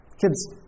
Kids